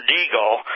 Deagle